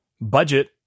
budget